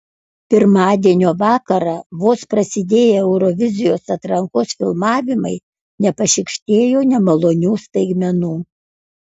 pirmadienio vakarą vos prasidėję eurovizijos atrankos filmavimai nepašykštėjo nemalonių staigmenų